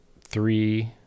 three